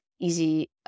easy